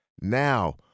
Now